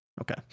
Okay